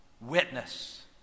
Witness